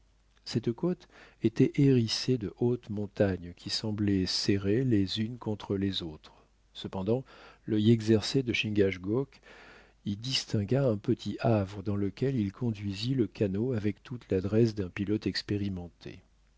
cette côte était hérissée de hautes montagnes qui semblaient serrées les unes contre les autres cependant l'œil exercé de chingachgook y distingua un petit havre dans lequel il conduisit le canot avec toute l'adresse d'un pilote expérimenté